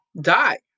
die